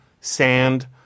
sand